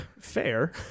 Fair